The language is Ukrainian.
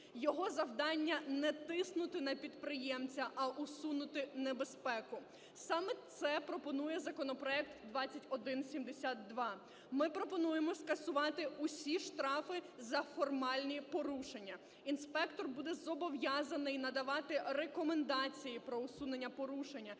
Його завдання не тиснути на підприємця, а усунути небезпеку, саме це пропонує законопроект 2172. Ми пропонуємо скасувати всі штрафи за формальні порушення. Інспектор буде зобов'язаний надавати рекомендації про усунення порушення